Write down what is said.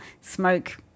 smoke